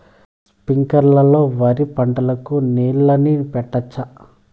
స్ప్రింక్లర్లు లో వరి పంటకు నీళ్ళని పెట్టొచ్చా?